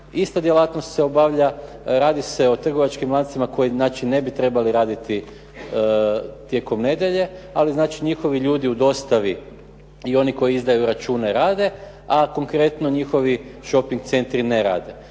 ista djelatnost se obavlja. Radi se o trgovačkim lancima koji znači ne bi trebali raditi tijekom nedjelje ali znači njihovi ljudi u dostavi i oni koji izdaju račune rade a konkretno njihovi shoping centri ne rade.